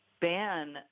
ban